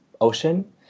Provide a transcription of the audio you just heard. ocean